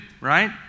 right